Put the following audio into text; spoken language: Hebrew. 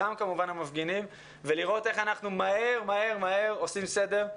גם כמובן המפגינים ולראות איך אנחנו מהר עושים סדר,